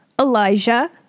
Elijah